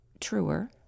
truer